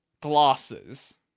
glasses